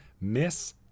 Miss